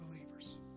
believers